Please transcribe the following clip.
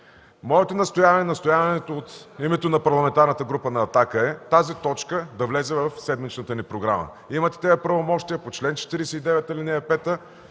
и настояването от името на парламентарната група на „Атака” е тази точка да влезе в седмичната ни програма. Вие имате тези правомощия по чл. 49, ал. 5